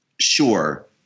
sure